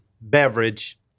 Beverage